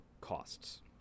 costs